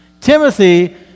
Timothy